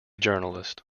journalist